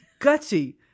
Gutsy